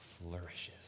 flourishes